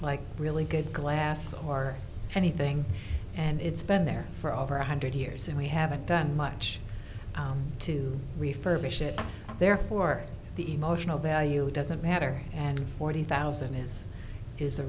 like really good glass or anything and it's been there for over a hundred years and we haven't done much to refurbish it therefore the emotional value doesn't matter and forty thousand is is a